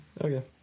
Okay